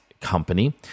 company